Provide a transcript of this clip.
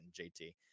JT